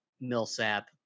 Millsap